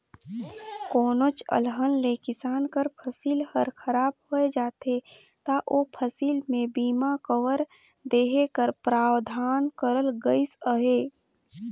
कोनोच अलहन ले किसान कर फसिल हर खराब होए जाथे ता ओ फसिल में बीमा कवर देहे कर परावधान करल गइस अहे